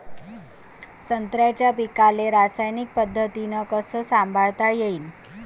संत्र्याच्या पीकाले रासायनिक पद्धतीनं कस संभाळता येईन?